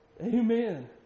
Amen